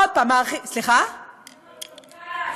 עוד פעם, הארכיון, אני אמרתי קאטה הזקנה.